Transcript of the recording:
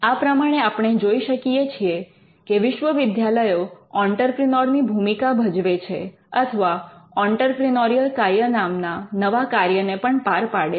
આ પ્રમાણે આપણે જોઈ શકીએ છીએ કે વિશ્વવિદ્યાલયો ઑંટરપ્રિનોર ની ભૂમિકા ભજવે છે અથવા ઑંટરપ્રિનોરિયલ કાર્ય નામના નવા કાર્યને પણ પાર પાડે છે